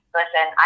listen